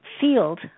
field